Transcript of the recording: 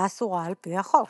האסורה על פי החוק.